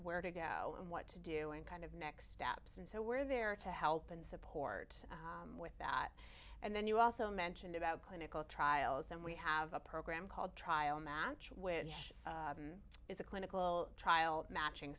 where to go and what to do in kind of next steps and so we're there to help and support with that and then you also mentioned about clinical trials and we have a program called trial match which is a clinical trial matching